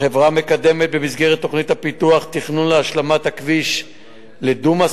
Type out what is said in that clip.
החברה מקדמת במסגרת תוכניות הפיתוח תכנון להשלמת הכביש לדו-מסלולי,